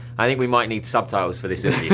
i think we might need subtitles for this interview. yeah,